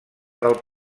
del